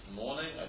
morning